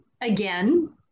again